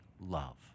love